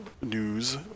news